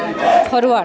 forward